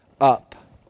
up